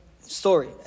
story